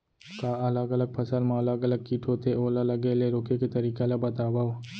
का अलग अलग फसल मा अलग अलग किट होथे, ओला लगे ले रोके के तरीका ला बतावव?